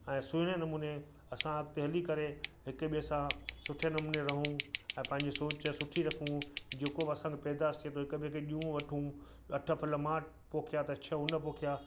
ऐं सुहिणे नमूने असां अॻिते हली करे हिक ॿे सां सुठे नमूने रहू ऐं पंहिंजी सोच सुठी रखूं जेको बि असांते पैदाइश थिए पई हिक ॿिए खे ॾियूं वठू अठ फल मां पोखिया त छह उन पोखिया